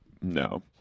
no